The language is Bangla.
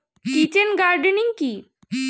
কিচেন গার্ডেনিং কি?